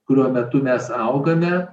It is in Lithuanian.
kurio metu mes augame